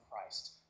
Christ